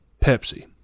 Pepsi